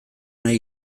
nahi